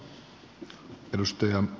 arvoisa puhemies